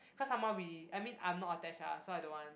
cause some more we I mean I'm not attached lah so I don't want